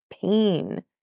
pain